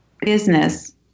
business